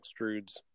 extrudes